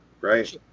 right